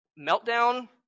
meltdown